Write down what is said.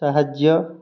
ସାହାଯ୍ୟ